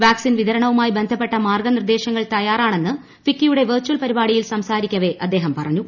vaccine വിതരണവുമായി ബന്ധപ്പെട്ട മാർഗ്ഗ നിർദ്ദേശങ്ങൾ തയ്യാറാണെന്ന് ഫിക്കിയുടെ വെർചൽ പരിപാടിയിൽ സംസാരിക്കവേ അദ്ദേഹം പറഞ്ഞു